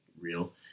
real